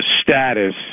status